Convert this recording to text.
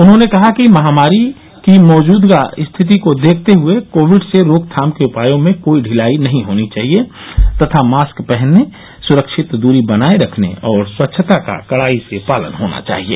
उन्होंने कहा कि महामारी की मोजूदा स्थिति को देखते हए कोविड से रोकथाम के उपायों में कोई ढिलाई नहीं होनी चाहिए तथा मास्क पहनने सुरक्षित दूरी बनाए रखने और स्वच्छता का कडाई से पालन होना चाहिए